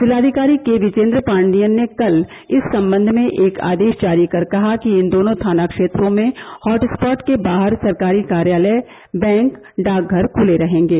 जिलाधिकारी के विजयेन्द्र पाण्डियन ने कल इस सम्बंध में एक आदेश जारी कर कहा कि इन दोनों थाना क्षेत्रों में हॉटस्पॉट के बाहर सरकारी कार्यालय बैंक डाकघर खुले रहेंगे